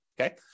okay